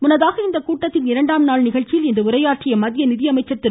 முன்னதாக இக்கூட்டத்தின் இரண்டாம் நாள் நிகழ்ச்சியில் இன்று உரையாற்றிய மத்திய நிதியமைச்சர் திரு